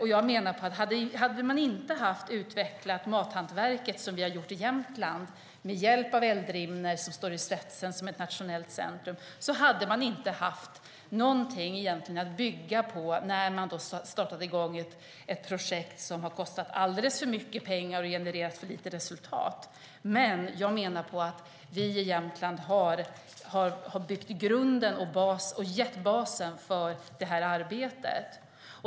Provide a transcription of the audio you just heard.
Hade man inte utvecklat mathantverket som vi har gjort i Jämtland, med hjälp av Eldrimner, som står i spetsen som ett nationellt centrum, hade man inte haft något att bygga på när man drog i gång ett projekt som har kostat alldeles för mycket pengar och genererat för lite resultat. Jag menar att vi i Jämtland har byggt grunden och basen för det arbetet.